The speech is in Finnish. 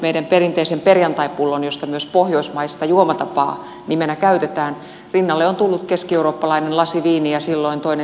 meidän perinteisen perjantaipullon josta myös pohjoismaista juomatapaa nimenä käytetään rinnalle on tullut keskieurooppalainen lasi viiniä silloin toinen tällöin